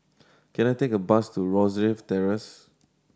can I take a bus to Rosyth Terrace